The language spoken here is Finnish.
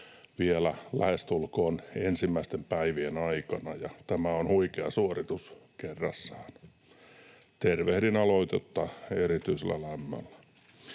vielä lähestulkoon ensimmäisten päivien aikana. Tämä on huikea suoritus kerrassaan. Tervehdin aloitetta erityisellä lämmöllä.